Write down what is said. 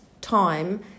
time